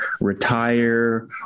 retire